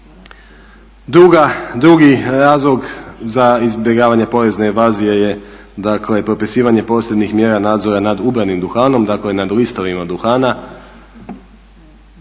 Drugi razlog za izbjegavanje porezne invazije je dakle propisivanje posebnih mjera nadzora nad ubranim duhanom, dakle nad listovima duhana